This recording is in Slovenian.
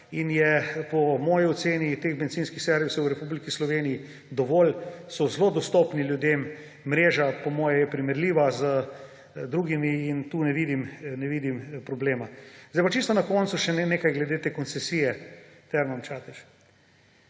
in je po moji oceni teh bencinskih servisov v Republiki Sloveniji dovolj, so zelo dostopni ljudem, mreža, po moje, je primerljiva z drugimi in tu ne vidim problema. Čisto na koncu še nekaj glede te koncesije Termam Čatež.